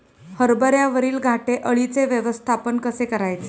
हरभऱ्यावरील घाटे अळीचे व्यवस्थापन कसे करायचे?